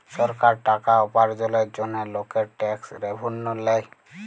সরকার টাকা উপার্জলের জন্হে লকের ট্যাক্স রেভেন্যু লেয়